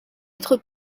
être